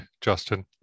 justin